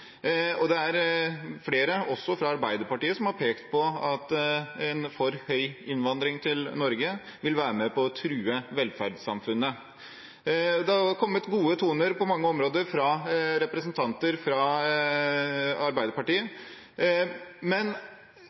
og det er flere, også fra Arbeiderpartiet, som har pekt på at en for høy innvandring til Norge vil være med på å true velferdssamfunnet. Det har kommet gode toner på mange områder fra representanter fra Arbeiderpartiet. Men